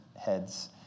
heads